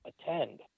attend